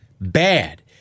bad